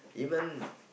even